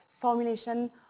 formulation